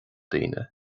daoine